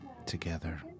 together